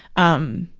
um,